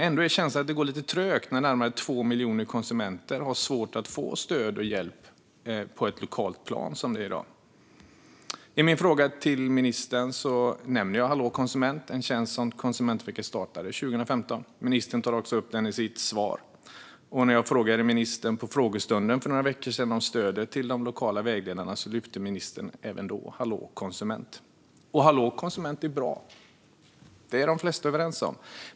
Ändå är känslan att det går lite trögt när närmare två miljoner konsumenter, som det är i dag, har svårt att få stöd och hjälp på ett lokalt plan. I min fråga till ministern nämner jag Hallå konsument, en tjänst som Konsumentverket startade 2015. Ministern tar också upp den i sitt svar. Och när jag frågade ministern på frågestunden för några veckor sedan om stödet till de lokala vägledarna lyfte ministern även då Hallå konsument. Hallå konsument är bra - det är de flesta överens om.